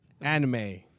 Anime